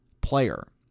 player